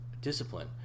discipline